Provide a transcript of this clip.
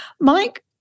Mike